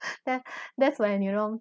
there that's where you're wrong